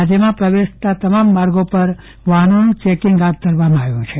રાજ્યમાં પ્રવેશતા તમામ માર્ગો પર વાહનોનું ચેકીંગ હાથ ધરવામાં આવ્યું છે